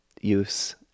use